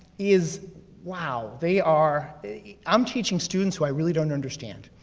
is wow, they are, i'm teaching students who i really don't understand.